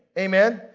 amen?